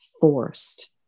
forced